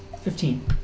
Fifteen